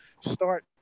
start